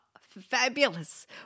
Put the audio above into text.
Fabulous